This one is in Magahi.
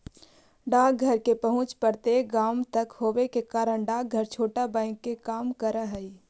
डाकघर के पहुंच प्रत्येक गांव तक होवे के कारण डाकघर छोटा बैंक के काम करऽ हइ